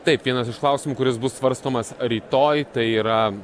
taip vienas iš klausimų kuris bus svarstomas rytoj tai yra